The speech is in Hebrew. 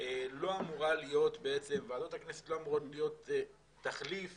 לא אמורות להיות תחליף